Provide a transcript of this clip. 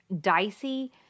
dicey